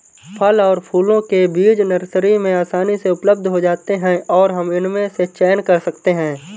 फल और फूलों के बीज नर्सरी में आसानी से उपलब्ध हो जाते हैं और हम इनमें से चयन कर सकते हैं